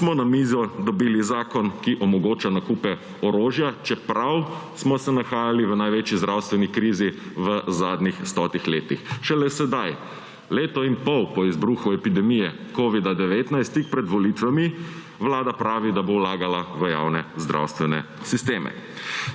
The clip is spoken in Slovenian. smo na mizo dobili zakon, ki omogoča nakupe orožja, čeprav smo se nahajali v največji zdravstveni krizi v zadnjih 100 letih. Šele sedaj, leto in pol po izbruhu epidemije covida-19, tik pred volitvami, vlada pravi, da bo vlagala v javne zdravstvene sisteme.